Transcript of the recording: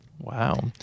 Wow